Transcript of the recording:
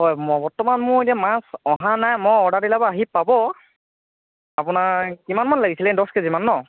হয় বৰ্তমান মোৰ এতিয়া মাছ অহা নাই মই অৰ্ডাৰ দিলে বাৰু আহি পাব আপোনাৰ কিমান মান লাগিছিলে দহ কেজিমান ন'